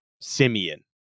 Simeon